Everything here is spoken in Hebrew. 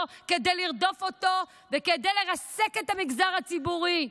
כדי לרדוף אותו וכדי לרסק את המגזר הציבורי.